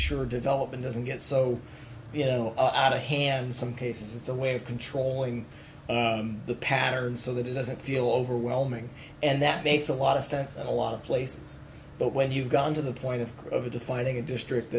sure develop and doesn't get so you know out a hand some cases it's a way of controlling the pattern so that it doesn't feel overwhelming and that makes a lot of sense and a lot of places but when you've gotten to the point of defining a district